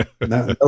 No